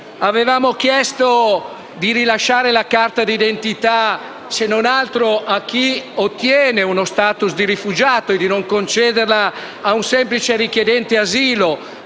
Avevamo chiesto di rilasciare la carta di identità se non altro a chi ottiene uno *status* di rifugiato e di non concederla ad un semplice richiedente asilo,